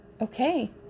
Okay